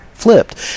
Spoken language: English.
flipped